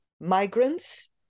migrants